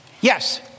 Yes